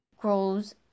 grows